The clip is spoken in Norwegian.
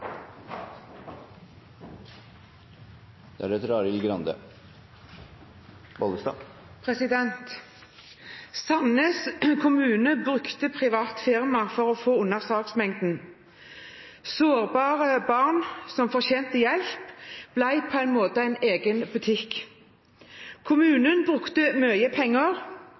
kommune brukte privat firma for å få unna saksmengden. Sårbare barn som fortjente hjelp, ble på en måte en egen butikk.